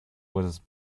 was